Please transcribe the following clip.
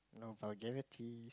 no vulgarities